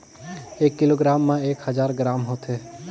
एक किलोग्राम म एक हजार ग्राम होथे